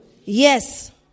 Yes